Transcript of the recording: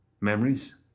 Memories